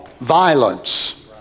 violence